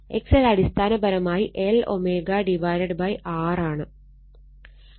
XL അടിസ്ഥാനപരമായി LωR ആണ്